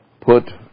put